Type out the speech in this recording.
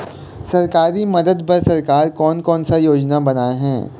सरकारी मदद बर सरकार कोन कौन सा योजना बनाए हे?